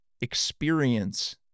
experience